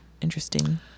interesting